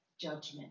judgment